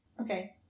Okay